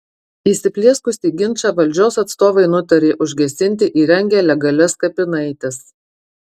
įsiplieskusį ginčą valdžios atstovai nutarė užgesinti įrengę legalias kapinaites